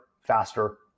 faster